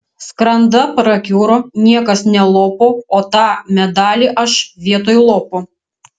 skranda prakiuro niekas nelopo o tą medalį aš vietoj lopo